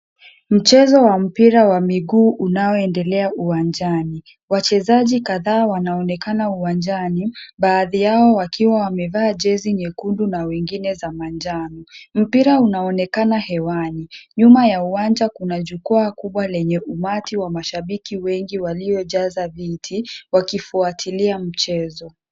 Mchezo wa mpira wa miguu unaoendelea uwanjani. Wachezaji kadhaa wanaonekana uwanjani, baadhi yao wakiwa wamevaa jezi nyekundu na wengine za manjano. Mpira unaonekana hewani. Nyuma ya uwanja kuna jukwaa kubwa lenye umati wa mashabiki wengi waliojaza viti wakifuatilia mchezo.